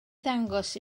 ddangos